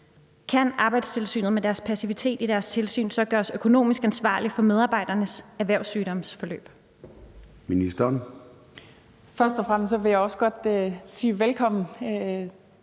kan Arbejdstilsynet så med deres passivitet i deres tilsyn gøres økonomisk ansvarlig for medarbejdernes erhvervssygdomsforløb?